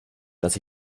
dass